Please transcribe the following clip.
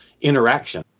interaction